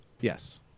Yes